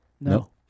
No